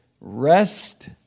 Rest